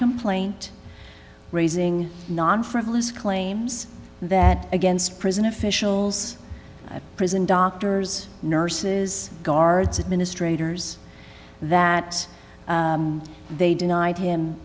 complaint raising non frivolous claims that against prison officials prison doctors nurses guards administrators that they denied him